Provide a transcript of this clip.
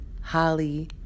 Holly